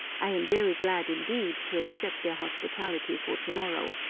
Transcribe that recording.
i am very glad indeed to accept their hospitality for to-morrow,